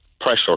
pressure